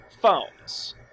phones